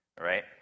right